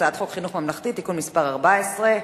הצעת חוק חינוך ממלכתי (תיקון מס' 14),